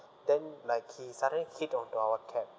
then like he suddenly hit onto our cab